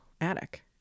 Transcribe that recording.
attic